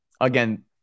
again